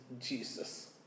Jesus